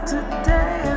Today